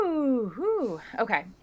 Okay